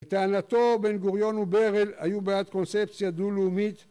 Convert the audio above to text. טענתו, בין גוריון וברל היו בעד קונספציה דו-לאומית